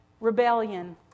Rebellion